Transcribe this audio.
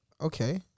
Okay